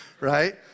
right